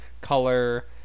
color